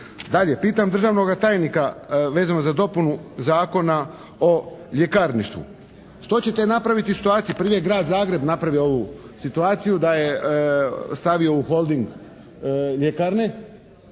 Dalje. Pitam državnoga tajnika vezano za dopunu Zakona o ljekarništvu. Što ćete napraviti u situaciji, prije je Grad Zagreb napravio ovu situaciju da je stavio u holding ljekarne.